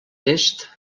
est